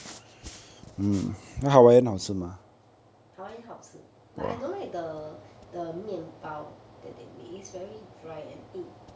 hawaiian 好吃 but I don't like the the 面包 that they make is very dry and 硬